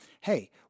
hey